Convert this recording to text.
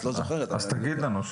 אז תגיד לנו.